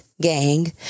gang